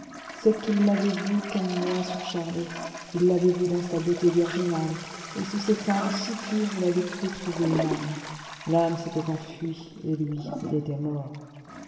c'est qu'il l'avait vue comme moi sur charlot il l'avait vue dans sa beauté virginale et sous ces formes si pures il avait cru trouver une âme l'âme s'était enfuie et lui il était mort